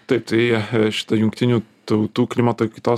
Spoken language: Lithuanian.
taip tai šita jungtinių tautų klimato kaitos